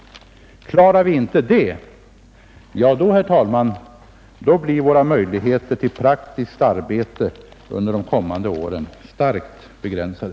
Klarar vi inte det, herr talman, då blir våra möjligheter till praktiskt arbete under de kommande åren starkt begränsade.